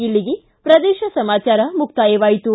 ಇಲ್ಲಿಗೆ ಪ್ರದೇಶ ಸಮಾಚಾರ ಮುಕ್ತಾಯವಾಯಿತು